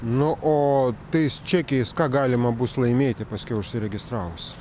nu o tais čekiais ką galima bus laimėti paskiau užsiregistravus